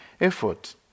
effort